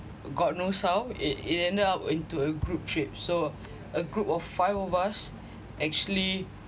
god knows how it it end up into a group trip so a group of five of us actually